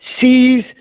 sees